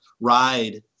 ride